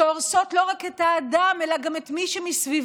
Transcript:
שהורסות לא רק את האדם אלא גם את מי שמסביבו,